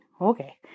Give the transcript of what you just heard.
Okay